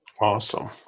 Awesome